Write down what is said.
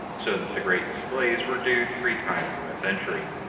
so that the great displays were due three times in a century,